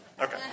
okay